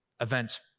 event